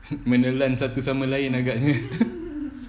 menelan satu sama lain agaknya